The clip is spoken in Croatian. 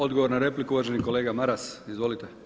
Odgovor na repliku uvaženi kolega Maras, izvolite.